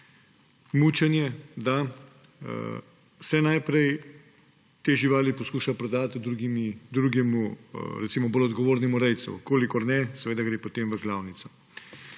mučenje, se najprej te živali poskuša prodati drugemu, recimo bolj odgovornemu rejcu. Če ne, seveda gre potem v klavnico.